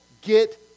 get